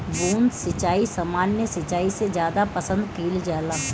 बूंद सिंचाई सामान्य सिंचाई से ज्यादा पसंद कईल जाला